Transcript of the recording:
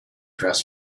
dress